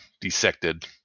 dissected